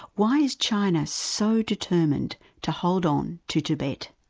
why is china so determined to hold on to tibet?